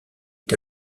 est